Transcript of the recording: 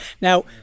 Now